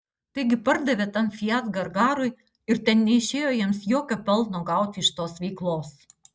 taigi pardavė tam fiat gargarui ir ten neišėjo jiems jokio pelno gauti iš tos veiklos